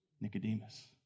Nicodemus